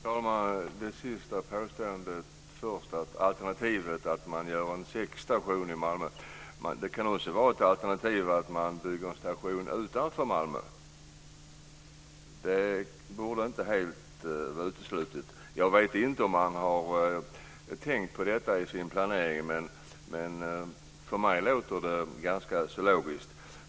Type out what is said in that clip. Herr talman! Jag tar det sista påståendet först - alltså alternativet att göra en säckstation i Malmö. Men det kan också vara ett alternativ att bygga en station utanför Malmö. Det borde inte vara helt uteslutet. Jag vet inte om man tänkt på detta i sin planering, men mig synes det ganska logiskt.